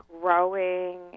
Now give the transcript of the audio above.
growing